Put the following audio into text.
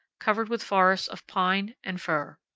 covered with forests of pine and fir.